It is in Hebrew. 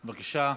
בבקשה.